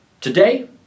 Today